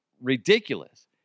ridiculous